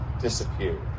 disappeared